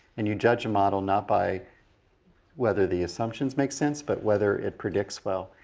and you judge a model not by whether the assumptions make sense, but whether it predicts well.